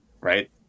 right